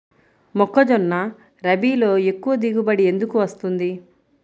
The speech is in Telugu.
మొక్కజొన్న రబీలో ఎక్కువ దిగుబడి ఎందుకు వస్తుంది?